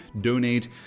donate